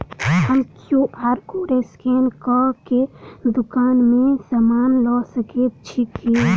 हम QR code scan कऽ केँ दुकान मे समान लऽ सकैत छी की?